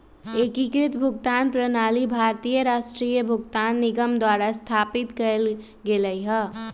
एकीकृत भुगतान प्रणाली भारतीय राष्ट्रीय भुगतान निगम द्वारा स्थापित कएल गेलइ ह